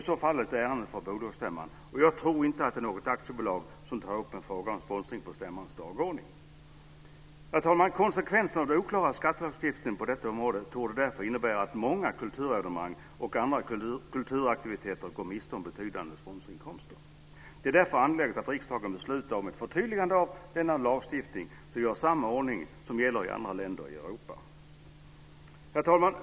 I så fall är det ett ärende för bolagsstämman, och jag tror inte det är något aktiebolag som tar upp en fråga om sponsring på stämmans dagordning. Herr talman! Konsekvensen av den oklara skattelagstiftningen på detta område torde därför vara att många kulturevenemang och andra kulturaktiviteter går miste om betydande sponsorinkomster. Det är därför angeläget att riksdagen beslutar om ett förtydligande av denna lagstiftning, så att vi har samma ordning som gäller i andra länder i Europa. Herr talman!